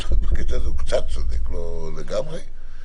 אתה קצת צודק, לא לגמרי.